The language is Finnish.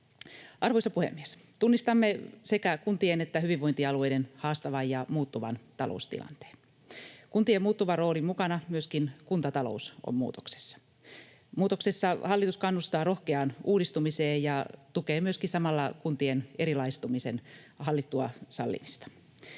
Arvoisa puhemies! Tunnistamme sekä kuntien että hyvinvointialueiden haastavan ja muuttuvan taloustilanteen. Kuntien muuttuvan roolin mukana myöskin kuntatalous on muutoksessa. Muutoksessa hallitus kannustaa rohkeaan uudistumiseen ja tukee myöskin samalla kuntien erilaistumisen hallittua sallimista.